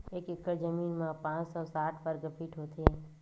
एक एकड़ जमीन मा पांच सौ साठ वर्ग फीट होथे